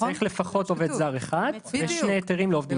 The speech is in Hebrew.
צריך לפחות עובד זר אחד ושני היתרים לעובדים זרים.